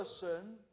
person